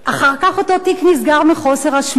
אחר כך אותו תיק נסגר מחוסר אשמה,